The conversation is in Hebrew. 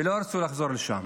ולא רצו לחזור לשם